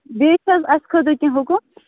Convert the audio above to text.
بیٚیہِ چھِ حظ اَسہِ خٲطرٕ کیٚنہہ حُکُم